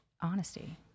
honesty